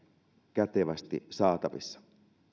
kätevästi saatavissa